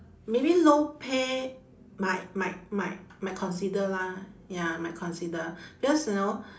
maybe low pay might might might might consider lah ya might consider because you know